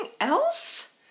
else